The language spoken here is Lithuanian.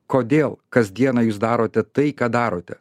kodėl kasdieną jūs darote tai ką darote